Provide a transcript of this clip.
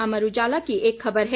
अमर उजाला की एक खबर है